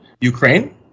Ukraine